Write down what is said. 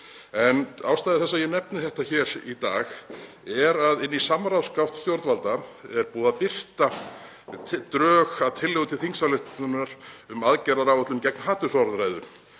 En ástæða þess að ég nefni þetta hér í dag er að inn í samráðsgátt stjórnvalda er búið að birta drög að tillögu til þingsályktunar um aðgerðaáætlun gegn hatursorðræðu